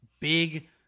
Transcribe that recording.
big